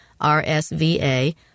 RSVA